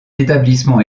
établissement